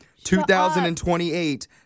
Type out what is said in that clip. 2028